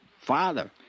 father